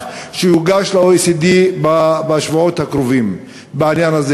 שיוגש ל-OECD בשבועות הקרובים בעניין הזה.